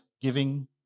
giving